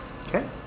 Okay